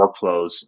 workflows